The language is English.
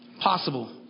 Possible